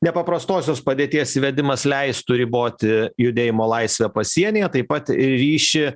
nepaprastosios padėties įvedimas leistų riboti judėjimo laisvę pasienyje taip pat ir ryši